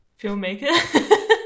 Filmmaker